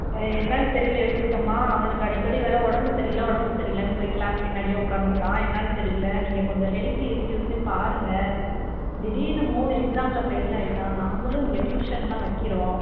என்னான்னு தெரியிலை யோகித் அம்மா அவனுக்கு அடிக்கடி வேறு உடம்பு சரியில்லை உடம்பு சரியில்லைன்னு போய் கிளாஸ் பின்னாடியே உக்காந்துக்கிறான் என்னான்னு தெரியிலை நீங்கள் கொஞ்சம் ஹெல்த் இஸ்ஸுஸையும் பாருங்க திடீர்னு மூணு எக்ஸாமில் ஃபெயில் ஆயிட்டான் நாங்களும் இங்கே டியூஷன்லாம் வைக்கிறோம்